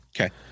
Okay